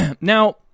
now